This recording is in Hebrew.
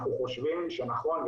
אנחנו חושבים שנכון,